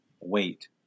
wait